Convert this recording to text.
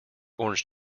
orange